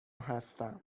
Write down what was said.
هستم